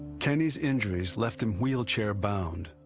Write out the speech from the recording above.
kenny's injuries left him wheelchair-bound,